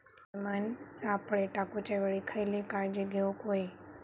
Pheromone सापळे टाकूच्या वेळी खयली काळजी घेवूक व्हयी?